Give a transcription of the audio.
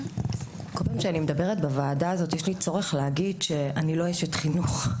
כל פעם כשאני מדברת בוועדה הזאת יש לי צורך לומר שאני לא אשת חינוך.